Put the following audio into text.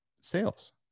sales